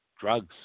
Drugs